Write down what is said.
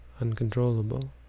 uncontrollable